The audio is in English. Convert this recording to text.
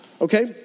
Okay